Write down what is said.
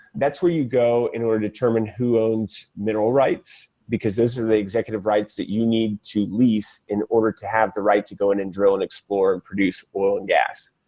that's where you go in order to determine who owns mineral rights because those are the executive rights that you need to lease in order to have the right to go in and drill and explore and produce oil and gas.